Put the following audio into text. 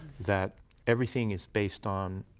that everything is based on